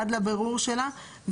עד לבירור שלה.